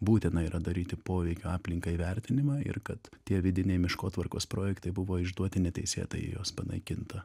būtina yra daryti poveikio aplinkai įvertinimą ir kad tie vidiniai miškotvarkos projektai buvo išduoti neteisėtai juos panaikinta